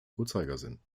uhrzeigersinn